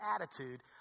attitude